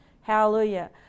Hallelujah